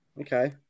Okay